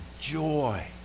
joy